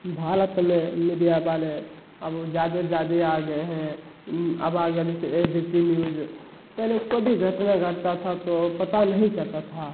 भारत में मीडिया वाले अब ज़्यादा से ज़्यादा आ गए हैं अब आ गया जैसे ए बी पी न्यूज़ पहले कोई भी घटना घटता था तो पता नहीं चलता था